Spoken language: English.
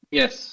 yes